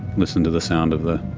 listen to the sound of the